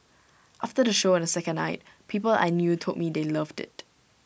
after the show on the second night people I knew told me they loved IT